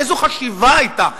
איזו חשיבה היתה?